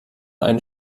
ein